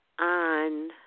on